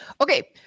Okay